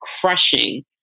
crushing